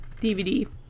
DVD